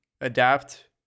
adapt